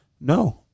no